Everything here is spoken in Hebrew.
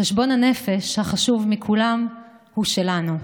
חשבון הנפש החשוב מכולם הוא שלנו: